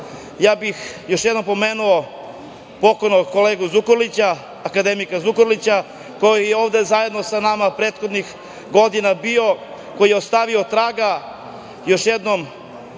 kolega, još jednom bih pomenuo pokojnog kolegu Zukorlića, akademika Zukorlića koji je ovde zajedno sa nama prethodnih godina bio, koji je ostavio traga. Još jednom